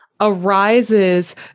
Arises